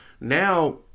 now